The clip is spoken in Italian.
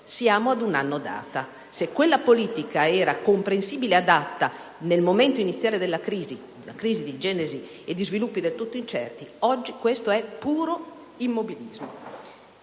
passato un anno: se quella politica era comprensibile e adatta nel momento iniziale della crisi - una crisi dalla genesi e dagli sviluppi del tutto incerti - oggi questo è puro immobilismo.